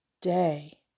day